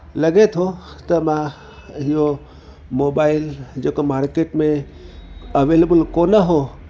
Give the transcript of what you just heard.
लॻे थो त मां इहो मोबाइल जेको मार्किट में अवेलेबल कोनि हुओ